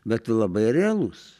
bet labai realus